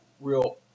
real